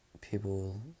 people